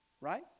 right